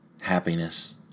happiness